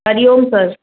Hari Om sir